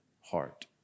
heart